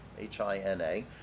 H-I-N-A